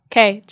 Okay